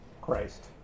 Christ